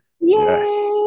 Yes